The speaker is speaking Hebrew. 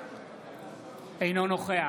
אינו נוכח